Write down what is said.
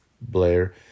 Blair